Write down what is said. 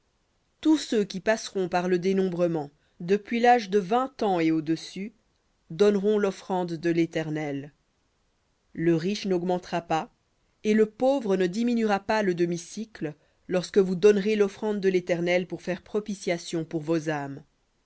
tous ceux qui passeront par le dénombrement depuis l'âge de vingt ans et au-dessus donneront l'offrande de léternel le riche n'augmentera pas et le pauvre ne diminuera pas le demi-sicle lorsque vous donnerez l'offrande de l'éternel pour faire propitiation pour vos âmes